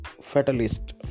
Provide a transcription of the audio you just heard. fatalist